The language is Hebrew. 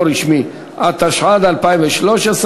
התשע"ד 2013,